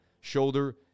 Shoulder